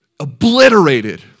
obliterated